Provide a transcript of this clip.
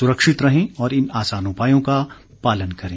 सुरक्षित रहें और इन आसान उपायों का पालन करें